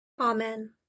Amen